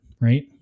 right